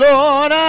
Lord